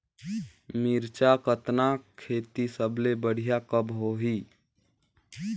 मिरचा कतना खेती सबले बढ़िया कब होही?